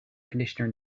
conditioner